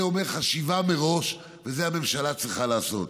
זה אומר חשיבה מראש, ואת זה הממשלה צריכה לעשות.